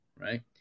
right